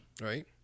Right